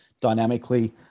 dynamically